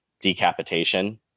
decapitation